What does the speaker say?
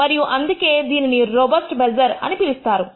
మరియు అందుకే దీనిని రోబొస్ట్ మెజర్ అని పిలుస్తాము